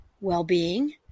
well-being